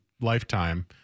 Lifetime